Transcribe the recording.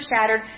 shattered